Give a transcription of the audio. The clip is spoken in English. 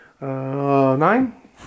Nine